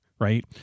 Right